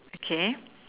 okay